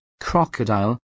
Crocodile